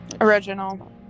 Original